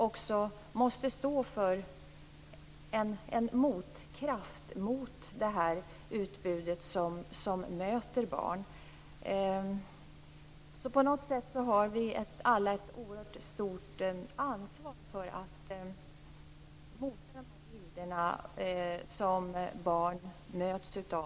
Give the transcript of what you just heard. Vi måste stå för en motkraft mot det utbud som möter barn. På något sätt har vi alla ett oerhört stort ansvar för att mota de bilder som barn möts av.